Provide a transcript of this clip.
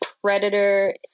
predator